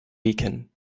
beacon